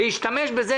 להשתמש בזה.